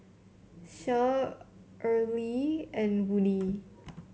Cher Earley and Woodie